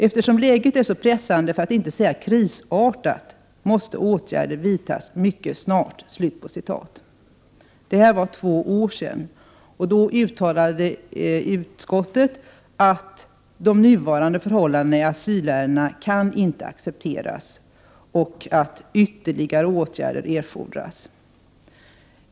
Eftersom läget är så pressande, för att inte säga krisartat, måste åtgärder vidtas mycket snart.” Detta var för två år sedan. Utskottet uttalade att ”de nuvarande förhållandena i asylärenden kan inte accepteras” och ”ytterligare åtgärder erfordras”.